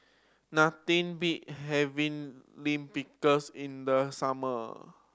nothing beat having Lime Pickles in the summer